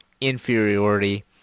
inferiority